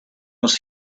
was